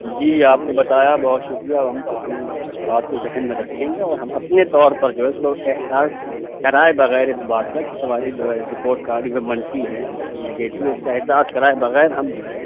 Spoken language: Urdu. جی آپ نے بتایا بہت شُکریہ اب ہم ہم اِس بات کو ذہن میں رکھیں گے اور ہم اپنے طور پر جو ہے اُس کو احساس کرائے بغیر اِس بات کا کہ تمہاری جو ہے رپورٹ کارڈ منفی ہے نگیٹو ہے اِس کا احساس کرائے بغیر ہم جو ہے